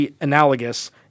analogous